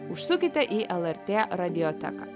užsukite į lrt radioteką